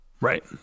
Right